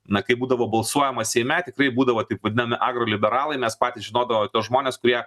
na kaip būdavo balsuojama seime tikrai būdavo taip vadinami agro liberalai mes patys žinodavo tuos žmones kurie